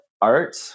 art